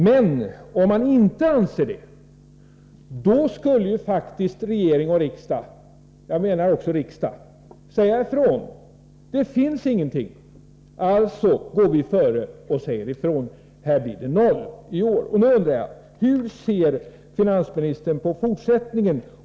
Men om man inte anser det, då skulle faktiskt regering och riksdag — jag menar också riksdagen — säga ifrån: Det finns ingenting, alltså går vi före; det blir noll i år. Nu undrar jag hur finansministern ser på fortsättningen.